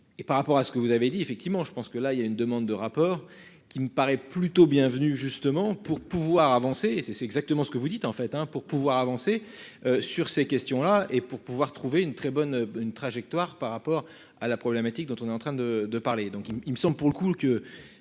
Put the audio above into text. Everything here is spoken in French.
Et par rapport à ce que vous avez dit effectivement, je pense que là il y a une demande de rapport qui me paraît plutôt bienvenu justement pour pouvoir avancer et c'est c'est exactement ce que vous dites en fait hein pour pouvoir avancer. Sur ces questions là et pour pouvoir trouver une très bonne une trajectoire par rapport à la problématique dont on est en train de de parler donc il, il me semble, pour le coup que.